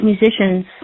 musicians